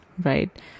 right